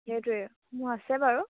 সেইটোৱে মোৰ আছে বাৰু